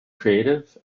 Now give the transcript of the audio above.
creative